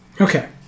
Okay